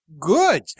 good